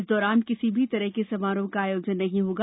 इस दौरान किसी भी तरह के समारोह का आयोजन नहीं होगा